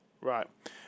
Right